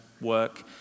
work